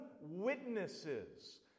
witnesses